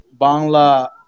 Bangla